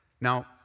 Now